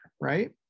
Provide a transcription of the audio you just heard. Right